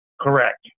correct